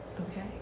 Okay